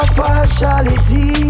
partiality